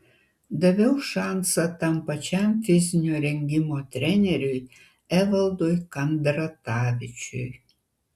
daviau šansą tam pačiam fizinio rengimo treneriui evaldui kandratavičiui